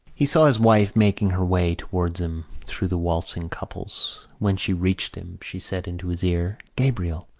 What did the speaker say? he saw his wife making her way towards him through the waltzing couples. when she reached him she said into his ear gabriel,